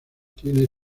tiene